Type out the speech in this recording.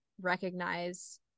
recognize